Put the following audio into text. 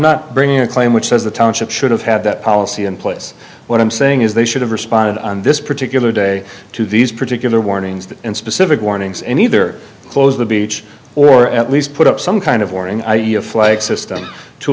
not bringing a claim which says the township should have had that policy in place what i'm saying is they should have responded on this particular day to these particular warnings and specific warnings and either close the beach or at least put up some kind of warning i e a flag system to